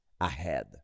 ahead